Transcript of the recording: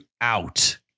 out